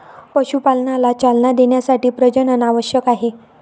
पशुपालनाला चालना देण्यासाठी प्रजनन आवश्यक आहे